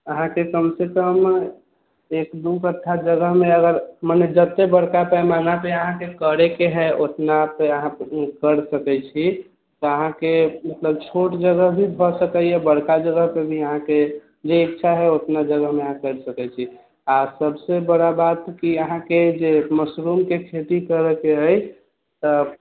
अहाँकेँ कमसँ कम एक दू कट्ठा जगहमे अगर मने जते बड़का पैमाना पे अहाँकेँ करएके हए ओतना पे अहाँ कर सकैत छी अहाँकेँ मतलब छोट जगह भी भए सकैए बड़का जगह पर भी अहाँकेँ जे इच्छा हइ ओतना जगहमे अहाँ कर सकैत छी आ सबसे बड़ा बात कि अहाँकेँ जे मशरूमके खेती करऽके अछि तऽ